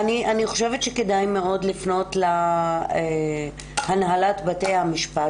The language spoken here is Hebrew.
אני חושבת שכדאי מאוד לפנות להנהלת בתי המשפט